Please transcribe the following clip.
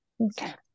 Okay